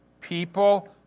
People